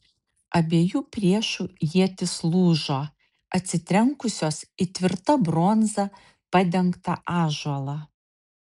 abiejų priešų ietys lūžo atsitrenkusios į tvirta bronza padengtą ąžuolą